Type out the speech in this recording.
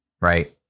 Right